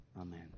Amen